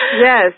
Yes